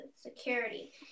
security